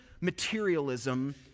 materialism